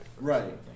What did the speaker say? Right